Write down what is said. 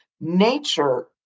nature